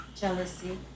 Jealousy